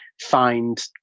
find